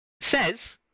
says